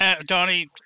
Donnie